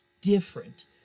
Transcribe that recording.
different